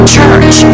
church